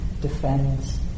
defends